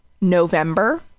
November